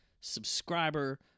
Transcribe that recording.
subscriber